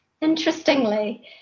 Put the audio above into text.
interestingly